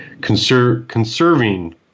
Conserving